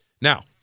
Now